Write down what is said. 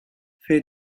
für